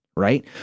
Right